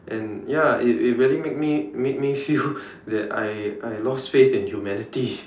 and ya it it really made me made me feel that I lost faith in humanity